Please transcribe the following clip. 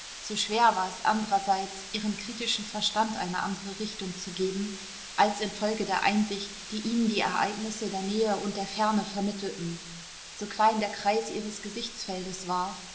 so schwer war es andererseits ihrem kritischen verstand eine andere richtung zu geben als infolge der einsicht die ihnen die ereignisse der nähe und der ferne vermittelten so klein der kreis ihres gesichtsfeldes war